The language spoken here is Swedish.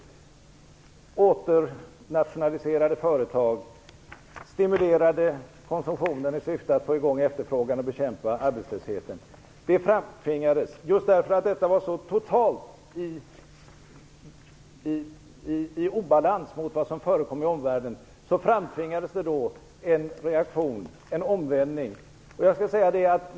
Man åternationaliserade företag och stimulerade konsumtionen i syfte att få i gång efterfrågan och bekämpa arbetslösheten. Just därför att detta var så totalt i obalans med vad som förekom i omvärlden, framtvingades en reaktion, en omvälvning.